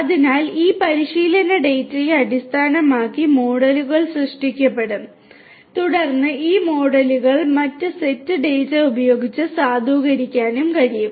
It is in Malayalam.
അതിനാൽ ഈ പരിശീലന ഡാറ്റയെ അടിസ്ഥാനമാക്കി മോഡലുകൾ സൃഷ്ടിക്കപ്പെടും തുടർന്ന് ഈ മോഡലുകൾ മറ്റ് സെറ്റ് ഡാറ്റ ഉപയോഗിച്ച് സാധൂകരിക്കാനും കഴിയും